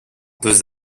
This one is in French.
deux